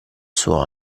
suo